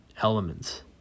elements